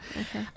Okay